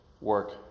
work